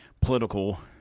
political